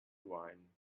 wine